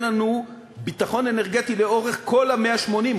לנו ביטחון אנרגטי לאורך כל ה-180,